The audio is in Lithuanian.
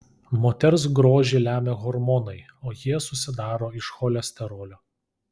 moters grožį lemia hormonai o jie susidaro iš cholesterolio